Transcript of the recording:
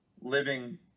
living